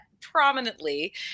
prominently